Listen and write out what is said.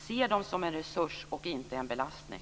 Se dem som en resurs, inte som en belastning!